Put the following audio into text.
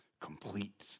complete